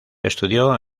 estudió